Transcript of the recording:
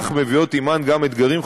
אך מביאות עמן גם אתגרים חדשים,